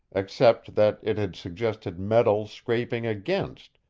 except that it had suggested metal scraping against,